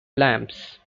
lamps